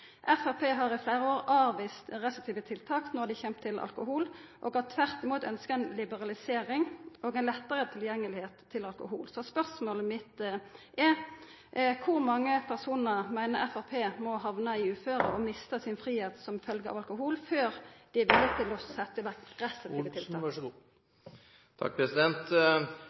Framstegspartiet har i fleire år avvist restriktive tiltak når det kjem til alkohol, og har tvert imot ønskt ei liberalisering og lettare tilgjenge til alkohol. Så spørsmålet mitt er: Kor mange personar meiner Framstegspartiet må hamna i uføret og mista fridomen sin som følgje av alkohol før dei er villige til å setja i